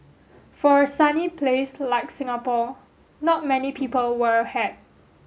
for a sunny place like Singapore not many people wear a hat